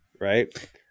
right